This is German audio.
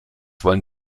wollen